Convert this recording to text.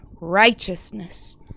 righteousness